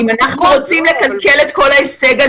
המגבלות בכל הארץ הם מגבלות של אזור אדום,